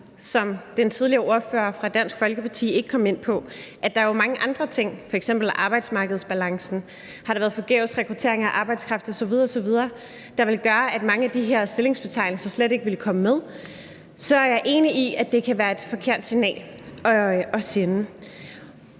andre ting - som ordføreren for Dansk Folkeparti ikke ind kom på – f.eks. arbejdsmarkedsbalancen, har der været forgæves rekruttering af arbejdskraft osv. osv., der ville gøre, at mange af de her stillingsbetegnelser slet ikke ville komme med, så er jeg enig i, at det kan være et forkert signal at sende.